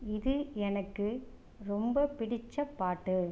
இது எனக்கு ரொம்ப பிடித்த பாட்டு